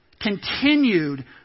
continued